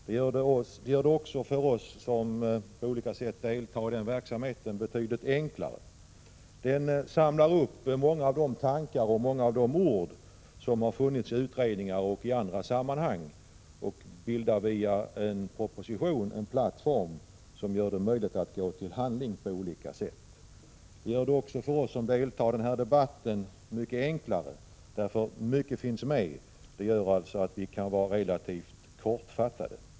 Det gör det också betydligt enklare för oss som på olika sätt deltar i denna verksamhet. Det samlar upp många av de tankar och ord som har funnits i utredningar och i andra sammanhang och bildar via en proposition en plattform som gör det möjligt att gå till handling på olika sätt. Det gör det också mycket enklare för oss som deltar i debatten. Mycket finns med, vilket gör att vi kan vara relativt kortfattade.